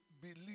believe